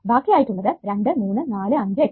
ബാക്കിയായിട്ട് ഉള്ളത് 2 3 4 5 8